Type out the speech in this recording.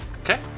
Okay